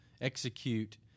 execute